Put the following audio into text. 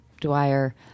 Dwyer